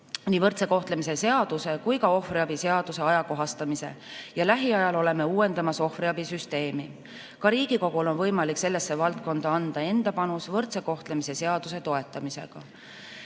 nii võrdse kohtlemise seaduse kui ka ohvriabi seaduse ajakohastamise. Lähiajal oleme uuendamas ohvriabisüsteemi. Ka Riigikogul on võimalik sellesse valdkonda anda enda panus võrdse kohtlemise seaduse toetamisega,